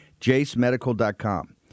JaceMedical.com